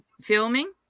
filming